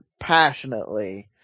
Passionately